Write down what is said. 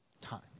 time